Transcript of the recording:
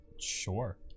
Sure